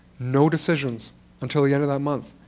no decisions until the end of that month.